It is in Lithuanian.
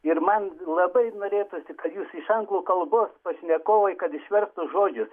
ir man labai norėtųsi kad jūs iš anglų kalbos pašnekovai kad išverstų žodžius